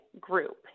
group